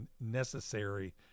necessary